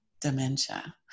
dementia